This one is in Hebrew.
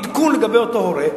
עדכון לגבי אותו הורה,